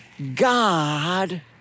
God